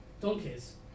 donkeys